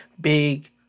big